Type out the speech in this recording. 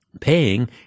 paying